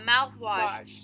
mouthwash